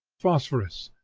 phosphorus,